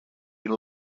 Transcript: been